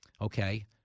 Okay